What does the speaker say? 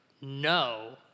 no